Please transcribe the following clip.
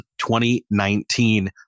2019